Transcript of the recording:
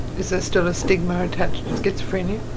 is there still a stigma attached to schizophrenia?